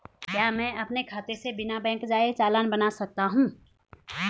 क्या मैं अपने खाते से बिना बैंक जाए चालान बना सकता हूँ?